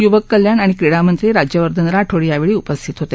युवक कल्याण आणि क्रीडामंत्री राज्यवर्धन राठोड यावेळी उपस्थित होते